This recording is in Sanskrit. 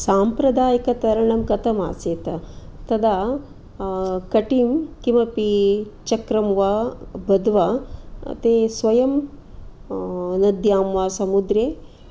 साम्प्रदायिकतरणं कथम् आसीत् तदा कटीं किमपि चक्रं वा बध्वा ते स्वयं नद्यां वा समुद्रे